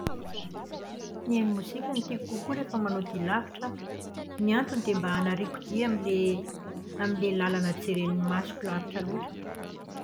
Mihaino mozika no tiako kokoa rehefa manao dia lavitra aho. Ny antony dia mba hanariako dia amin'ilay amn'ilay lalana jeren'ny masoko lavitra loatra.